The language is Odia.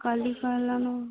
କାଲି